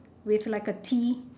with like a T